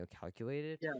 calculated